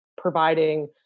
providing